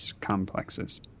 complexes